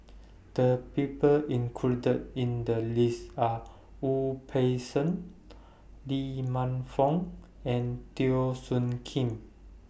The People included in The list Are Wu Peng Seng Lee Man Fong and Teo Soon Kim